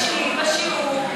הוא לא הקשיב בשיעור,